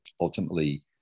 ultimately